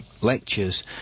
lectures